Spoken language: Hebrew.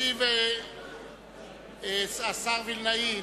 ישיב השר וילנאי.